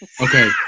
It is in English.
Okay